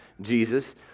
Jesus